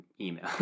email